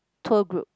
tour group